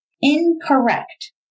Incorrect